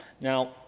Now